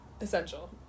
essential